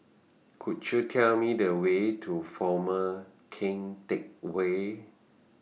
Could YOU Tell Me The Way to Former Keng Teck Whay